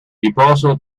riposo